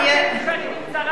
חבר הכנסת גפני,